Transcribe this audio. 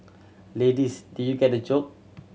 ladies did you get the joke